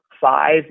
five